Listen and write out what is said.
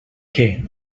què